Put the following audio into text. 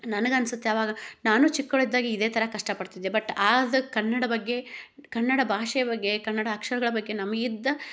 ನನಗನ್ಸುತ್ತೆ ಅವಾಗ ನಾನು ಚಿಕ್ಕವ್ಳಿದ್ದಾಗ ಇದೇ ಥರ ಕಷ್ಟಪಡ್ತಿದ್ದೆ ಬಟ್ ಅದು ಕನ್ನಡ ಬಗ್ಗೆ ಕನ್ನಡ ಭಾಷೆ ಬಗ್ಗೆ ಕನ್ನಡ ಅಕ್ಷರಗಳ ಬಗ್ಗೆ ನಮಗಿದ್ದ